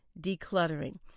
decluttering